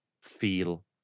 feel